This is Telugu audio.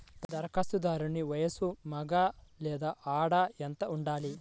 ధరఖాస్తుదారుని వయస్సు మగ లేదా ఆడ ఎంత ఉండాలి?